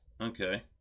Okay